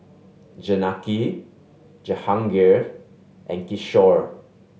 Janaki Jahangir and Kishore